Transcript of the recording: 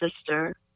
sister